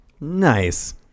Nice